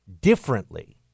differently